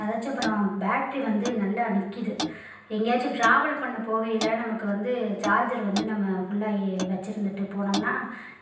அதாச்சும் அப்பறோம் பேட்ரி வந்து நல்லா நிற்குது எங்கேயாச்சும் டிராவல் பண்ண போகையில் நமக்கு வந்து சார்ஜர் வந்து நம்ம ஃபுல்லாக வச்சுருந்துட்டு போனோம்னா